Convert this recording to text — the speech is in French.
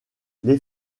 les